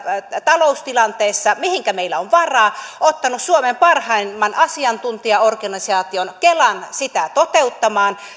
taloustilanteessa mihinkä meillä on varaa on ottanut suomen parhaimman asiantuntijaorganisaation kelan sitä